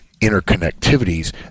interconnectivities